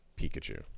Pikachu